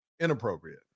inappropriate